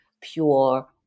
pure